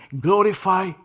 glorify